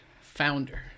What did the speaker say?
Founder